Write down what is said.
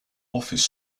office